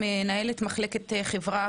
מנהלת מחלקת חברה